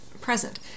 present